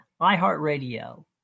iHeartRadio